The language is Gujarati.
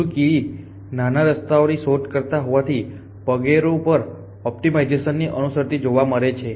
વધુ કીડી નાના રસ્તાઓની શોધ કરતા હોવાથી પગેરું પર ઓપ્ટિમાઇઝેશન ને અનુસરતી જોવા મળે છે